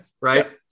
right